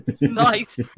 Nice